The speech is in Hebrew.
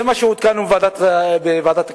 זה מה שעודכנו בוועדת הכלכלה.